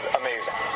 amazing